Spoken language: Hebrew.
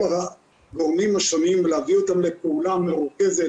הגורמטים השונים ולהביא אותם לפעולה מרוכזת